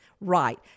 right